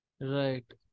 Right